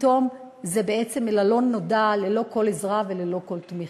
פתאום זה בעצם אל הלא-נודע, ללא עזרה וללא תמיכה.